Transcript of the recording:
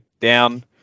down